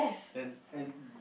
then and